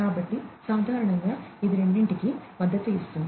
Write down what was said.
కాబట్టి సాధారణంగా ఇది రెండింటికి మద్దతు ఇస్తుంది